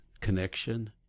connection